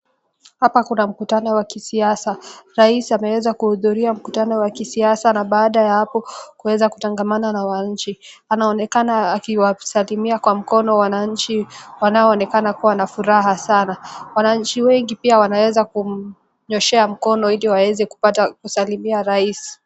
Hapa kuna mkutano wa kisiasa. Rais ameweza kuhudhuria mkutano wa kisiasa na baada ya hapo kuweza kutangamana na wananchi. Anaonekana akiwasalimia kwa mkono wananchi wanao onekana kwa furaha sana. Wananchi wengi pia wameweza kumnyoshea mkono ili waweze kupata kusalimia rais.